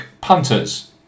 punters